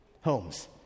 Homes